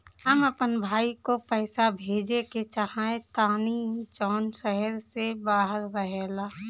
हम अपन भाई को पैसा भेजे के चाहतानी जौन शहर से बाहर रहेला